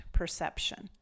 perception